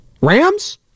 Rams